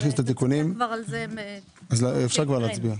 תכניסו את התיקונים אז אפשר להצביע.